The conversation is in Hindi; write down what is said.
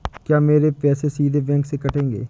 क्या मेरे पैसे सीधे बैंक से कटेंगे?